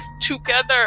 together